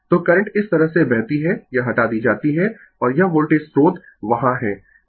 तो करंट इस तरह से बहती है यह हटा दी जाती है और यह वोल्टेज स्रोत वहां है